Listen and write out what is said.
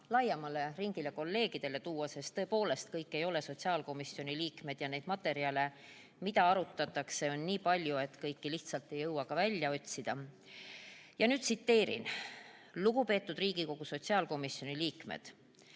laiema kolleegide ringini tuua, sest tõepoolest, kõik ei ole sotsiaalkomisjoni liikmed ja neid materjale, mida arutatakse, on nii palju, et kõiki lihtsalt ei jõua välja otsida. Tsiteerin: "Lugupeetud Riigikogu sotsiaalkomisjoni liikmed.